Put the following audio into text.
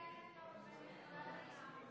התשפ"א 2021, עברה בקריאה ראשונה.